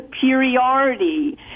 superiority